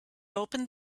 opened